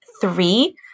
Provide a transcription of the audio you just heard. three